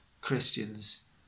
Christians